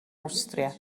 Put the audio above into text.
awstria